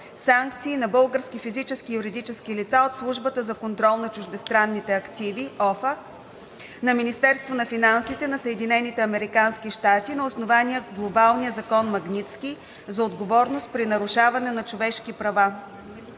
санкции на български физически и юридически лица от Службата за контрол на чуждестранните активи (OFAC) на Министерството на финансите на Съединените американски щати на основание Глобалния закон „Магнитски“ за отговорност при нарушаване на човешки права